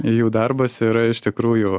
jų darbas yra iš tikrųjų